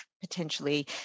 potentially